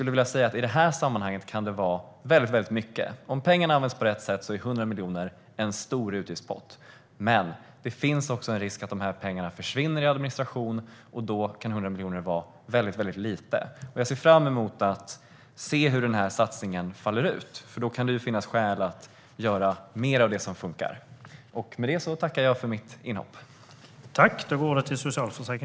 I det här sammanhanget kan det vara väldigt mycket - om pengarna används på rätt sätt är 100 miljoner en stor utgiftspott. Men det finns också en risk att dessa pengar försvinner i administration, och då kan 100 miljoner vara väldigt lite. Jag ser fram emot att få se hur denna satsning faller ut, för då kan det finnas skäl att göra mer av det som funkar.